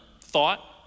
thought